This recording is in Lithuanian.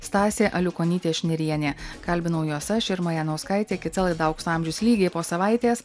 stasė aliukonytė šnirienė kalbinau juos aš irma janauskaitė kita laida aukso amžius lygiai po savaitės